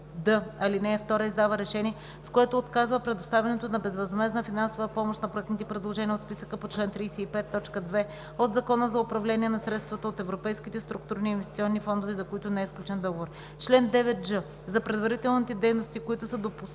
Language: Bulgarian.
ал. 2, издава решение, с което отказва предоставянето на безвъзмездна финансова помощ на проектните предложения от списъка по чл. 35, т. 2 от Закона за управление на средствата от Европейските структурни и инвестиционни фондове, за които не е сключен договор. Чл. 9ж. За предварителните дейности, които са допустими